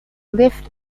lived